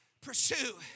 Pursue